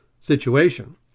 situation